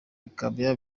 bikaba